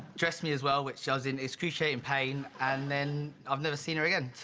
dressed me as well, which i was in excruciating pain, and then i've never seen her again